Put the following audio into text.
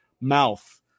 mouth